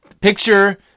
picture